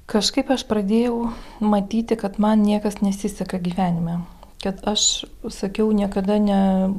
kažkaip aš pradėjau matyti kad man niekas nesiseka gyvenime kad aš užsakiau niekada ne